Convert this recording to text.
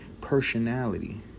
Personality